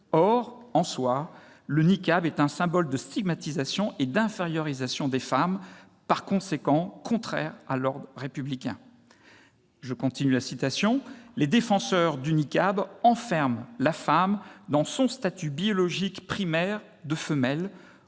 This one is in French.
Or, en soi, le niqab est un symbole de stigmatisation et d'infériorisation des femmes, par conséquent contraire à l'ordre républicain [...]. Les défenseurs du niqab enferment la femme dans son statut biologique primaire de femelle,